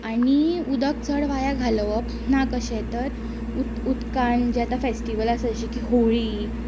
आनी उदक चड वाया घालोवप ना कशें तर उद उदकान जे आतां फेस्टिवल आसा जशे की होळी